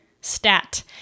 stat